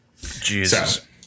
Jesus